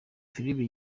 filime